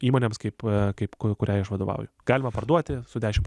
įmonėms kaip kaip kuriai aš vadovauju galima parduoti su dešimt